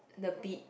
the bead